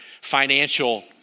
financial